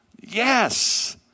Yes